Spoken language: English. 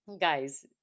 guys